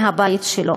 מהבית שלו?